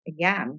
again